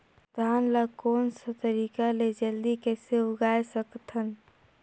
धान ला कोन सा तरीका ले जल्दी कइसे उगाय सकथन?